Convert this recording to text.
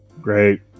Great